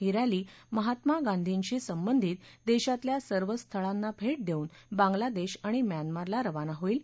ही रस्ती महात्मा गांधींशी संबंधित देशातल्या सर्व स्थळांना भेट देऊन बांगलादेश आणि म्यानमारला रवाना होईल